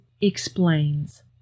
explains